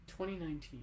2019